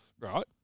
right